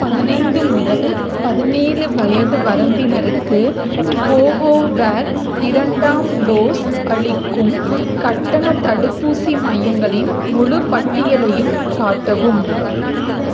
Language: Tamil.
பதினைந்து முதல் பதினேழு வயது வரம்பினருக்கு கோவோவேக்ஸ் இரண்டாம் டோஸ் அளிக்கும் கட்டண தடுப்பூசி மையங்களின் முழுப் பட்டியலையும் காட்டவும்